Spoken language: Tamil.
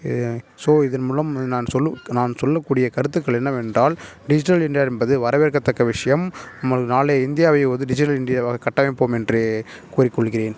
ஸோ இதன் மூலம் நான் சொல்லும் நான் சொல்லக்கூடிய கருத்துகள் என்னவென்றால் டிஜிட்டல் இண்டியா என்பது வரவேற்க தக்க விஷயம் அதுவும் நாளை இந்தியாவை வந்து டிஜிட்டல் இண்டியாவாக கட்டமைப்போம் என்று கூறிக்கொள்கிறேன்